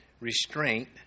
restraint